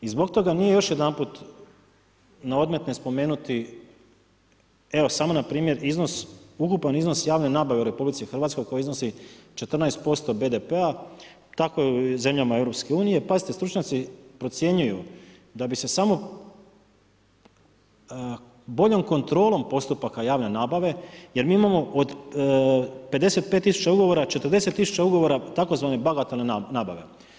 I zbog toga nije naodmet spomenuti samo npr. ukupan iznos javne nabave u RH koja iznosi 14% BDP-a, tako u zemljama EU, pazite stručnjaci procjenjuju da bi se samo boljom kontrolom postupaka javne nabave, jer mi imamo od 55 000 ugovora, 40 000 ugovora tzv. bagatelne nabave.